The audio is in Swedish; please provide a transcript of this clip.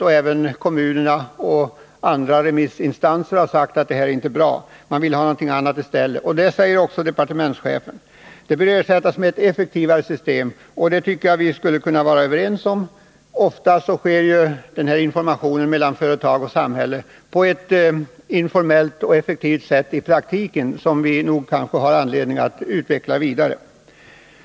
och även kommunerna och andra remissinstanser har sagt att det inte är bra och att de vill ha någonting annat i stället, och det säger också departementschefen. Det bör ersättas med ett effektivare system. Det tycker jag vi skulle kunna vara överens om. Ofta sköts informationen mellan företag och samhälle i praktiken på ett informellt och effektivt sätt, som vi kanske har anledning att utveckla vidare.